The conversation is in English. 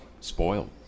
spoiled